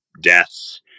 deaths